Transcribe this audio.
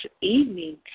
evening